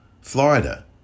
Florida